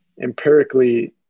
empirically